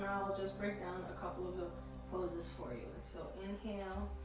i'll just break down a couple of the poses for you. and so inhale,